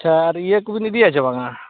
ᱟᱪᱪᱷᱟ ᱟᱨ ᱤᱭᱟᱹ ᱠᱚᱵᱤᱱ ᱤᱫᱤᱭᱟ ᱥᱮ ᱵᱟᱝᱟ